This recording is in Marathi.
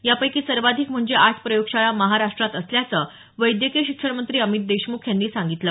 यापैकी सर्वाधिक म्हणजे आठ प्रयोगशाळा महाराष्ट्रात असल्याचं वैद्यकीय शिक्षण मंत्री अमित देशमुख यांनी सांगितलं